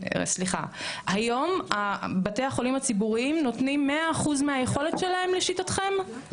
היום בתי החולים הציבוריים נותנים 100% מהיכולת שלהם לשיטתכם,